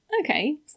okay